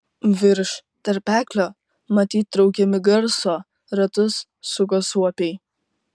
virš tarpeklio matyt traukiami garso ratus suko suopiai